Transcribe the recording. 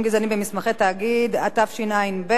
התשע"ב 2011. הצבעה.